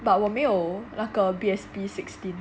but 我没有那个 B_S_P sixteen